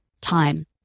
time